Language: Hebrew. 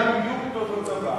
רבין ידע בדיוק את אותו דבר,